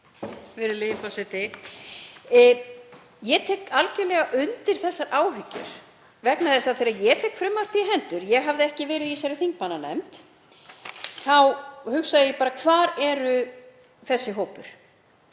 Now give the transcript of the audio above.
forseti. Ég tek algerlega undir þessar áhyggjur vegna þess að þegar ég fékk frumvarpið í hendur, ég hafði ekki verið í þessari þingmannanefnd, þá hugsaði ég bara: Hvar er þessi hópur?